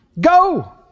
Go